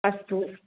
अस्तु